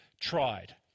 tried